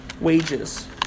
wages